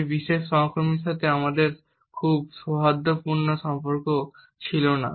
এই বিশেষ সহকর্মীর সাথে আমাদের খুব সৌহার্দ্যপূর্ণ সম্পর্ক ছিল না